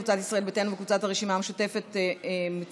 קבוצת ישראל ביתנו וקבוצת הרשימה המשותפת מציעות.